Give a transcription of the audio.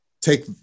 take